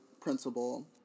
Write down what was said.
principal